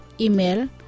Email